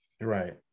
right